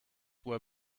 were